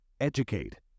Educate